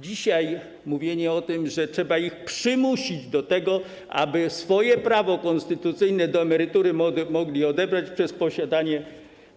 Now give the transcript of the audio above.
Dzisiaj mówienie o tym, że trzeba ich przymusić do tego, aby swoje konstytucyjne prawo do emerytury mogli odebrać przez posiadanie